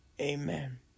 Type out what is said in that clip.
Amen